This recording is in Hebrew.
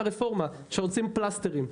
זה חלק מהרפורמה שעושים פלסטרים.